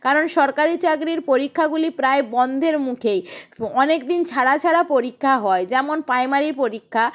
কারণ সরকারি চাকরির পরীক্ষাগুলি প্রায় বন্ধের মুখেই অ অনেক দিন ছাড়া ছাড়া পরীক্ষা হয় যেমন প্রাইমারির পরীক্ষা